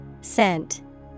Scent